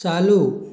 चालू